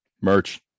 merch